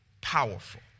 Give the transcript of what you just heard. powerful